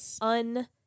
un